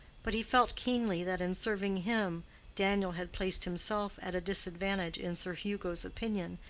but he felt keenly that in serving him daniel had placed himself at a disadvantage in sir hugo's opinion,